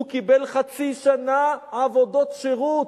הוא קיבל חצי שנה עבודות שירות,